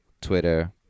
Twitter